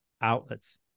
outlets